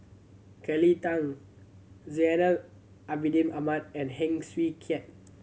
Kelly Tang Zainal Abidin Ahmad and Heng Swee Keat